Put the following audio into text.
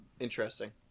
Interesting